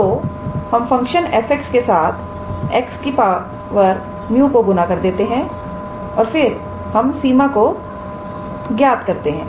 तो हम f के साथ 𝑥 𝜇 को गुना कर देते हैं और फिर हम सीमा को ज्ञात करते हैं